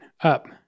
up